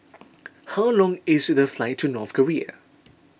how long is the flight to North Korea